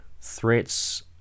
threats